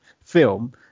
film